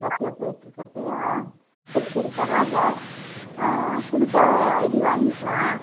பஸ்ஸில் போயிட்டுருக்கப்பயா சரி சரி பரவாயில்லை ஆ புதுசா ஐடி வாங்கிக்கலாம்